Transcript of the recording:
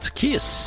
kiss